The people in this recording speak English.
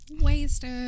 wasted